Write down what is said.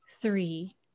three